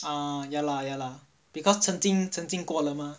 ah ya lah ya lah because 曾经曾经过了 mah